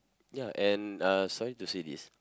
ya and (uh)sorry to say this